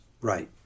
Right